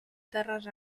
terres